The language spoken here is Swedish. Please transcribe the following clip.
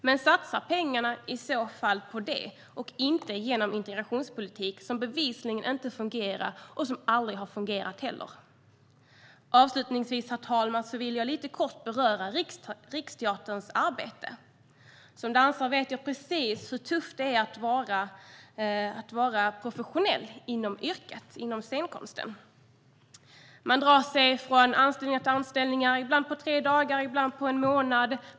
Men satsa i så fall pengarna på det och inte på integrationspolitik som bevisligen inte fungerar och som heller aldrig har fungerat! Avslutningsvis, herr talman, vill jag lite kort beröra Riksteaterns arbete. Som dansare vet jag precis hur tufft det är att vara professionell inom scenkonsten. Man tar sig från anställning till anställning. Ibland är det en anställning på tre dagar, ibland på en månad.